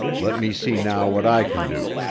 let me see now what i can do.